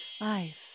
Life